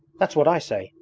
that's what i say.